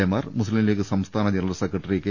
എമാർ മുസ്സിംലീഗ് സംസ്ഥാന general secretary K